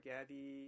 Gabby